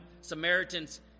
Samaritans